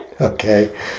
Okay